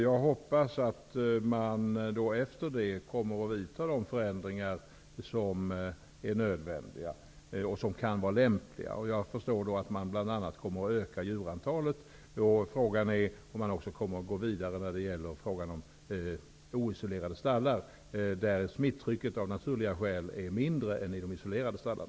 Jag hoppas att man efter det kommer att vidta de förändringar som är nödvändiga och som kan vara lämpliga. Jag förstår då att man bl.a. kommer att öka djurantalet. Frågan är om man också kommer att gå vidare när det gäller oisolerade stallar, där smittrycket av naturliga skäl är mindre än i isolerade stallar.